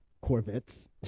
Corvettes